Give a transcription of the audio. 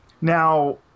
Now